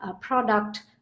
product